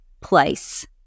place